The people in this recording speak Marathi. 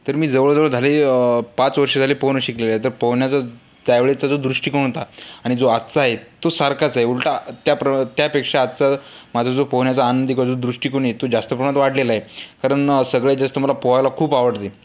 तर मी जवळ जवळ झाले पाच वर्ष झाले पोहणं शिकलेलं आहे तर पोहण्याचा त्यावेळेचा जो दृष्टिकोन होता आणि जो आजचा आहे तो सारखाच आहे उलटा त्याप्र त्यापेक्षा आजचा माझा जो पोहण्याचा आनंद किंवा दृष्टिकोन आहे तो जास्त प्रमाणात वाढलेला आहे कारण सगळ्यात जास्त मला पोहायला खूप आवडते